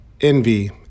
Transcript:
envy